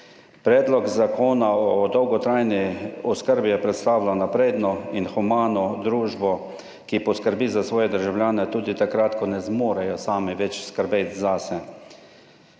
Predlog zakona o dolgotrajni oskrbi je predstavljal napredno in humano družbo, ki poskrbi za svoje državljane tudi takrat, ko ne zmorejo sami več skrbeti zase.